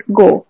go